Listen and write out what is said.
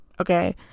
Okay